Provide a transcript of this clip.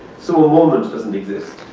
so a moment doesn't exist.